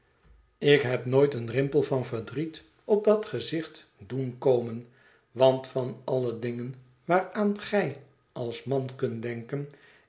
ik heb nooit een rimpel van verdriet op dat gezicht doen komen want van alle dingen waaraan gij als man kunt denken